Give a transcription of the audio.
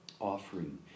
offering